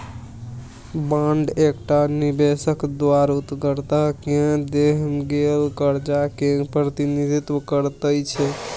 bond एकटा निबेशक द्वारा उधारकर्ता केँ देल गेल करजा केँ प्रतिनिधित्व करैत छै